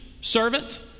servant